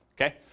Okay